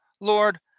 Lord